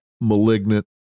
malignant